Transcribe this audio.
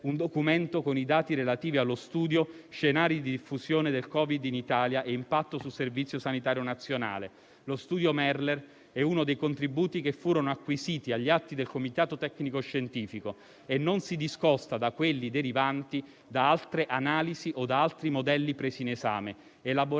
un documento con i dati relativi allo studio di scenari di diffusione del Covid in Italia e impatto sul Servizio sanitario nazionale. Lo studio Merler è uno dei contributi che furono acquisiti agli atti del Comitato tecnico-scientifico e non si discosta da quelli derivanti da altre analisi o da altri modelli presi in esame ed elaborati